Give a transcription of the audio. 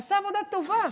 עשה עבודה טובה.